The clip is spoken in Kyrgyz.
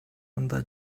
анда